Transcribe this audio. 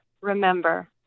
remember